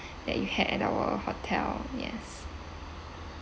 that you had at our hotel yes